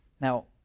Now